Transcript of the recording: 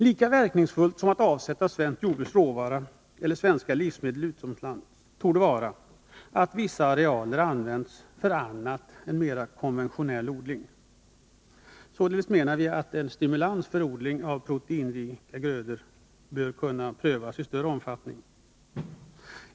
Lika verkningsfullt som att avsätta svensk jordbruksråvara eller svenska livsmedel utomlands torde vara att vissa arealer används för annat än mer konventionell odling. Således borde en stimulans för odling av proteinrika grödor kunna prövas i större omfattning.